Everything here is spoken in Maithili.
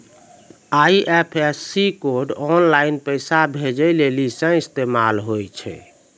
आई.एफ.एस.सी कोड आनलाइन पैसा भेजै लेली सेहो इस्तेमाल होय छै